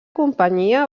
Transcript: companyia